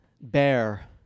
Bear